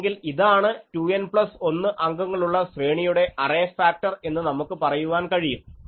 അല്ലെങ്കിൽ ഇതാണ് 2N plus 1 അംഗങ്ങളുള്ള ശ്രേണിയുടെ അറേഫാക്ടർ എന്ന് നമുക്ക് പറയുവാൻ കഴിയും